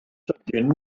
sydyn